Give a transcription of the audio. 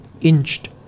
inched